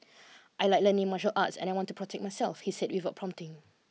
I like learning martial arts and I want to protect myself he said without prompting